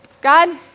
God